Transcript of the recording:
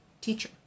teacher